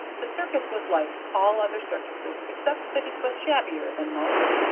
the circus was like all other circuses, except that it was shabbier than most,